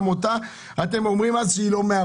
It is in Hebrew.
אם האב נמצא --- זה לא קו הדמיון.